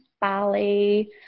Bali